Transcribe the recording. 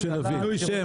שישה.